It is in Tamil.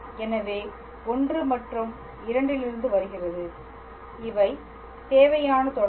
எனவே I மற்றும் II இலிருந்து வருகிறது இவை தேவையான தொடர்புகள்